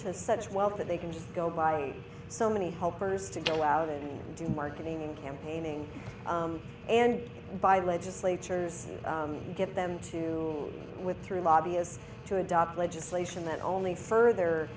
to such wealth that they can just go by so many helpers to go out and do marketing and campaigning and by legislatures get them to with three lobbyists to adopt legislation that only further